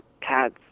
cats